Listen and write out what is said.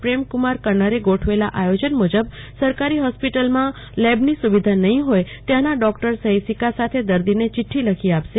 પ્રેમકુમાર કન્નરે ગોઠવેલા આયોજન મુજબ સરકારી હોસ્પિટલમાં લેબની સુવિધા નહી હોય ત્યાંના ડોક્ટર સહી સિક્કા સાથે દર્દીને ચિક્રી લખી આપશે